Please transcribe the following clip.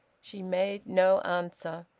she made no answer.